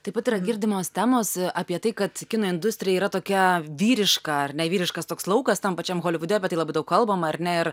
taip pat yra girdimos temos apie tai kad kino industrija yra tokia vyriška ar ne vyriškas toks laukas tam pačiam holivude apie tai labai daug kalbama ar ne ir